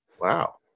Wow